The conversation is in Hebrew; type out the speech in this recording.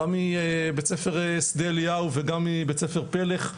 גם מבית ספר "שדה אליהו" וגם מבית ספר "פלך",